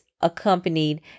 accompanied